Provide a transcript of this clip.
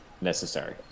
necessary